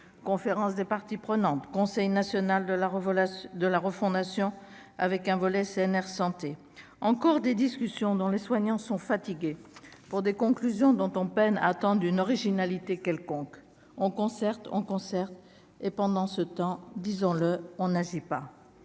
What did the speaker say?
conférence des parties prenantes, Conseil national de la révélation de la refondation avec un volet CNR santé encore des discussions dans les soignants sont fatigués pour des conclusions dont on peine attendent une originalité quelconque on concerte, on concert et pendant ce temps, disons-le, on n'agit pas